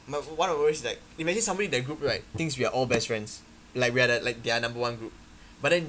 my one of my worries is like imagine somebody in that group right thinks we're all best friends like we are the like their number one group but then